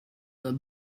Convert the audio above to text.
them